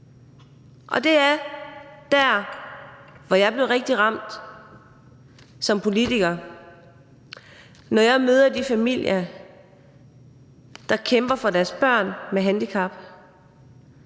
Og det er der, hvor jeg bliver rigtig ramt som politiker, nemlig når jeg møder de familier, der kæmper for deres børn med handicap.